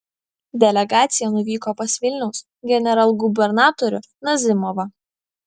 delegacija nuvyko pas vilniaus generalgubernatorių nazimovą